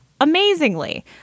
amazingly